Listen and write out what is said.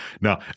Now